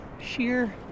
sheer